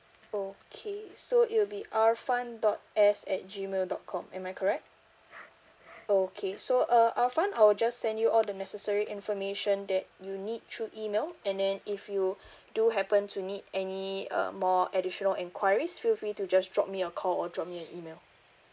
okay so it will be arfan dot S at gmail dot com am I correct okay so uh arfan I'll just send you all the necessary information that you need through email and then if you do happen to need any uh more additional enquiries feel free to just drop me a call or drop me an email